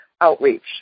outreach